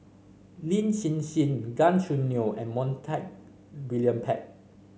Lin Hsin Hsin Gan Choo Neo and Montague William Pett